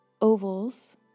ovals